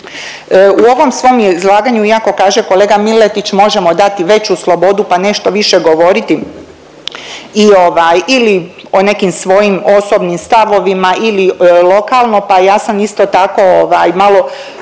U ovom svom izlaganju iako kaže kolega Miletić, možemo dati veću slobodu pa nešto više govoriti i ovaj, ili o nekim svojim osobnim stavovima ili lokalno pa ja sam isto tako ovaj